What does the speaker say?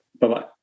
Bye-bye